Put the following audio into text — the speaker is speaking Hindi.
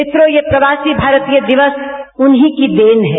मित्रों ये प्रवासी भारतीय दिवस उन्हीं की देन है